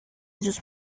just